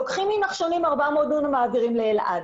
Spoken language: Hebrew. לוקחים מנחשונים 400 דונם, מעבירים לאלעד.